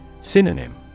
Synonym